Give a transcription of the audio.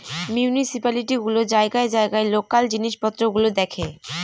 municipality গুলো জায়গায় জায়গায় লোকাল জিনিস পত্র গুলো দেখে